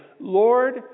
Lord